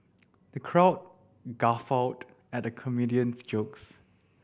the crowd guffawed at the comedian's jokes